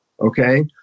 okay